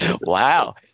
Wow